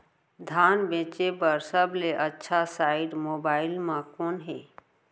धान बेचे बर सबले अच्छा साइट मोबाइल म कोन हे?